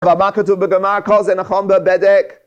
רבא כתוב בגמרא כל זה נכון בבדק